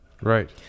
right